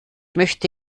möchte